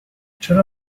چرا